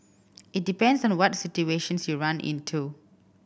it depends on what situations you run into